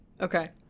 Okay